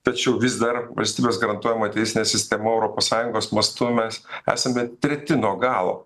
tačiau vis dar valstybės garantuojama teisinė sistema europos sąjungos mastu mes esame treti nuo galo